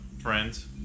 friends